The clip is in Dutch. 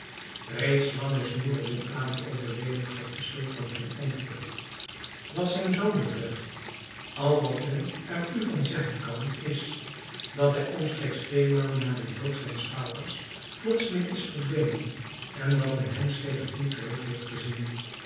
reeds lang is noureddin ali overleden gaf de sultan ten antwoord wat zijn zoon betreft al wat men er u van zeggen kan is dat hij omstreeks twee maanden na den dood zijns vaders plotseling is verdwenen en dat men hem sedert niet terug heeft gezien